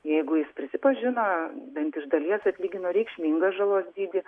jeigu jis prisipažino bent iš dalies atlygino reikšmingą žalos dydį